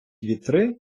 вітри